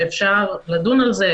שאפשר לדון בזה,